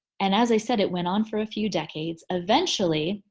and as i said, it went on for a few decades. eventually,